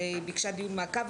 והיא ביקשה דיון מעקב.